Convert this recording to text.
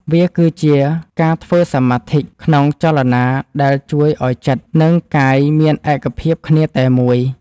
វាគឺជាការធ្វើសមាធិក្នុងចលនា ដែលជួយឱ្យចិត្ត និងកាយមានឯកភាពគ្នាតែមួយ។